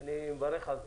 אני מברך על זה.